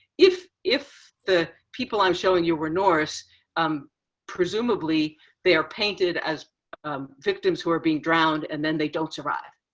if if the people i'm showing you were norse um presumably they are painted as victims who are being drowned and then they don't survive.